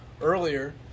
earlier